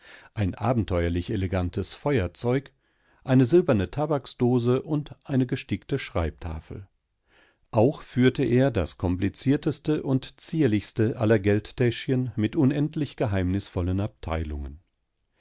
ein abenteuerlich elegantes feuerzeug eine silberne tabaksdose und eine gestickte schreibtafel auch führte er das komplizierteste und zierlichste aller geldtäschchen mit unendlich geheimnisvollen abteilungen